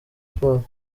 sport